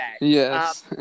Yes